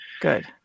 Good